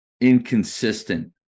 inconsistent